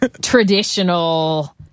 traditional